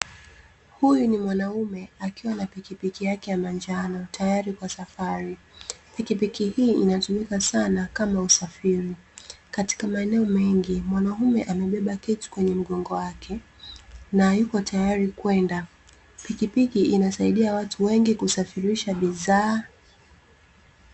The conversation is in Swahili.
Huyu ni mwanaume akiwa na pikipiki yake ya manjano tayari kwa safari. Pikipiki hii inatumika sana kama usafiri katika maeneo mengi. Mwanaume amebeba kitu kwenye mgongo wake na yuko tayari kwenda. Pikipiki inasaidia watu wengi kusafirisha bidhaa.